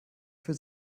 für